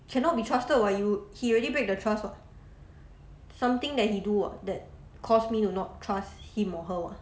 cannot be trusted [what] you he already break the trust [what] something that he do that cause me to not trust him or her [what]